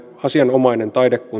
asianomainen